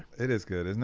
it is good, isn't